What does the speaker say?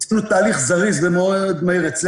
נעשה תהליך זריז אצלנו.